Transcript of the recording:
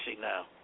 now